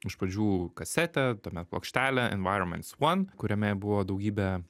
iš pradžių kasetę tuomet plokštelę environments one kuriame buvo daugybė